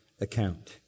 account